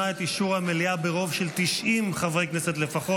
את אישור המליאה ברוב של 90 חברי כנסת לפחות.